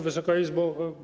Wysoka Izbo!